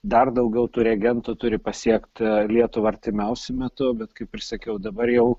dar daugiau tų reagentų turi pasiekt lietuvą artimiausiu metu bet kaip ir sakiau dabar jau